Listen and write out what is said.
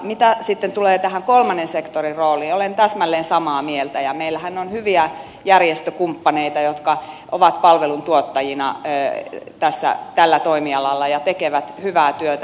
mitä sitten tulee tähän kolmannen sektorin rooliin olen täsmälleen samaa mieltä ja meillähän on hyviä järjestökumppaneita jotka ovat palveluntuottajina tällä toimialalla ja tekevät hyvää työtä